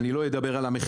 אני לא אדבר על המחיר,